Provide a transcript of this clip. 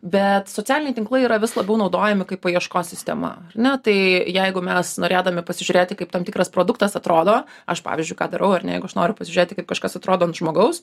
bet socialiniai tinklai yra vis labiau naudojami kaip paieškos sistema ar ne tai jeigu mes norėdami pasižiūrėti kaip tam tikras produktas atrodo aš pavyzdžiui ką darau ar ne jeigu aš noriu pažiūrėti kaip kažkas atrodo ant žmogaus